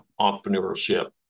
entrepreneurship